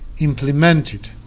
implemented